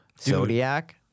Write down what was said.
Zodiac